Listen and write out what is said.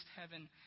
heaven